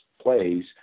plays